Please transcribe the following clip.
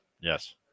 Yes